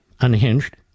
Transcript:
unhinged